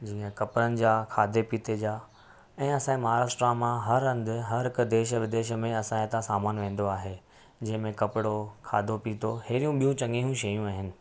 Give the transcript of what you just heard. जीअं कपड़नि जा खाधे पीते जा ऐं असां जे महाराष्ट्र मां हर हंधु हर हिकु देश विदेश में असां हितां समानु वेंदो आहे जंहिं मे कपड़ो खाधो पीतो अहिड़ियूं ॿियूं चंङियूं शयूं आहिनि